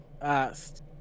asked